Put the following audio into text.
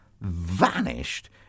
Vanished